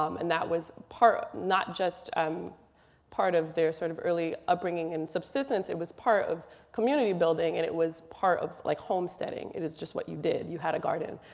um and that was not just um part of their sort of early upbringing and subsistence, it was part of community building. and it was part of like homesteading. it is just what you did, you had a garden.